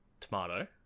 Tomato